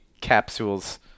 capsules